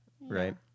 right